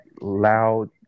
loud